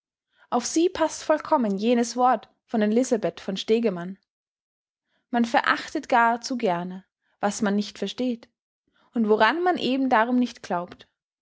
auf sie paßt vollkommen jenes wort von elisabeth von stägemann man verachtet gar zu gerne was man nicht versteht und woran man eben darum nicht glaubt